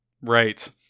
Right